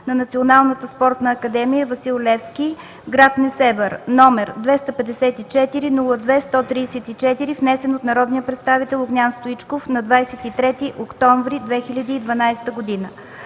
на Национална спортна академия „Васил Левски” – град Несебър, № 254-02-134, внесен от народния представител Огнян Стоичков на 23 октомври 2012 г.